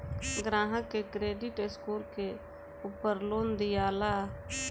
ग्राहक के credit score के उपर लोन दियाला